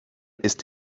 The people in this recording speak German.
ist